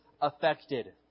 affected